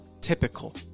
typical